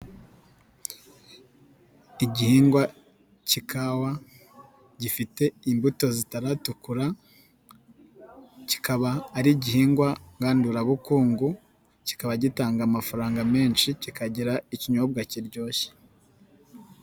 Igihingwa cy'ikawa, gifite imbuto zitaratukura, kikaba ari igihingwa ngandurabukungu, kikaba gitanga amafaranga menshi, kikagira ikinyobwa kiryoshye.